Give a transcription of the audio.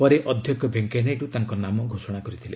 ପରେ ଅଧ୍ୟକ୍ଷ ଭେଙ୍କୟା ନାଇଡୁ ତାଙ୍କ ନାମ ଘୋଷଣା କରିଥିଲେ